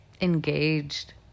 engaged